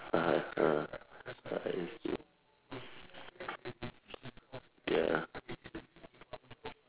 (uh huh) (uh huh) ya